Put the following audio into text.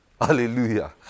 Hallelujah